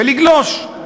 ולגלוש.